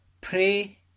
Pray